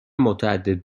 متعدد